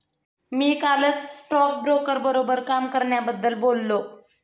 मी कालच स्टॉकब्रोकर बरोबर काम करण्याबद्दल बोललो